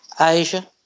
Asia